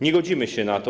Nie godzimy się na to.